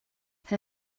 her